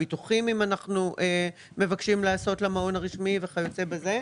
ביטוחים אם אנחנו מבקשים לעשות למעון הרשמי וכיוצא בזה.